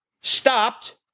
stopped